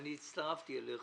ואני הצטרפתי אליך,